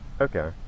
Okay